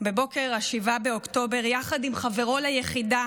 בבוקר 7 באוקטובר יחד עם חברו ליחידה